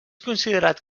considerat